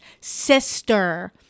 sister